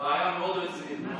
בעיה מאוד רצינית.